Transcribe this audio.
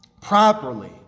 Properly